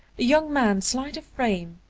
a young man slight of frame,